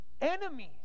enemies